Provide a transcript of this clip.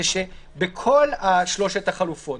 שבכל שלוש החלופות,